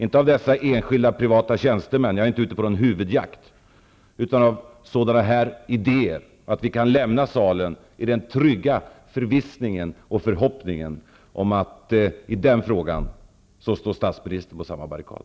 Det gäller inte enskilda privata tjänstemän -- jag är inte ute på någon huvudjakt -- utan sådana här idéer, så att vi kan lämna salen i den trygga förvissningen och förhoppningen att statsministern i den frågan står på samma barrikad.